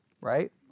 right